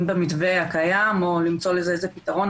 אם במתווה הקיים או למצוא לזה איזה פתרון,